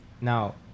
now